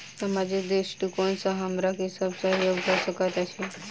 सामाजिक दृष्टिकोण सँ हमरा की सब सहयोग भऽ सकैत अछि?